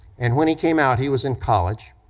and when he came out he was in college,